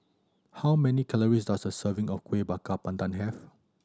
how many calories does a serving of Kueh Bakar Pandan have